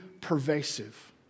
pervasive